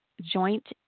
joint